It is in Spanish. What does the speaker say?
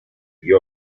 vio